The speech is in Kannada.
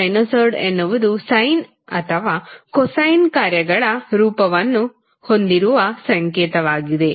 ಸಿನುಸಾಯ್ಡ್ ಎನ್ನುವುದು ಸೈನ್ ಅಥವಾ ಕೊಸೈನ್ ಕಾರ್ಯಗಳ ರೂಪವನ್ನು ಹೊಂದಿರುವ ಸಂಕೇತವಾಗಿದೆ